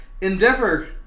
Endeavor